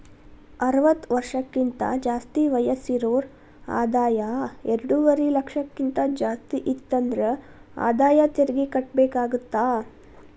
ಅರವತ್ತ ವರ್ಷಕ್ಕಿಂತ ಜಾಸ್ತಿ ವಯಸ್ಸಿರೋರ್ ಆದಾಯ ಎರಡುವರಿ ಲಕ್ಷಕ್ಕಿಂತ ಜಾಸ್ತಿ ಇತ್ತಂದ್ರ ಆದಾಯ ತೆರಿಗಿ ಕಟ್ಟಬೇಕಾಗತ್ತಾ